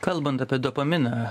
kalbant apie dopaminą